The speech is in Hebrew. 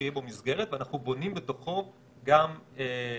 שיהיה בו מסגרת ואנחנו בונים בתוכו גם מנגנון,